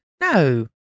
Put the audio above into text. No